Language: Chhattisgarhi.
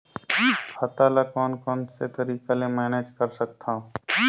खाता ल कौन कौन से तरीका ले मैनेज कर सकथव?